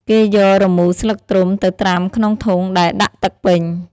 គេយករមូរស្លឹកត្រុំទៅត្រាំក្នុងធុងដែលដាក់ទឹកពេញ។